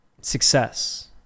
success